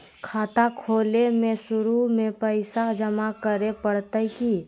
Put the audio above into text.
खाता खोले में शुरू में पैसो जमा करे पड़तई की?